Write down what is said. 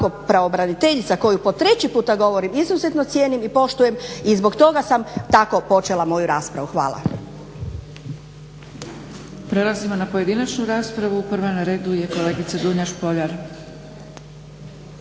ako pravobraniteljica koju po treći puta govorim izuzetno cijenim i poštujem, i zbog toga sam tako počela moju raspravu. Hvala. **Zgrebec, Dragica (SDP)** Prelazimo na pojedinačnu raspravu. Prva na redu je kolegica Dunja Špoljar.